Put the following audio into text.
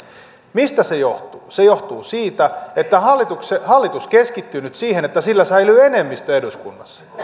mistä se johtuu se johtuu siitä että hallitus keskittyy nyt siihen että sillä säilyy enemmistö eduskunnassa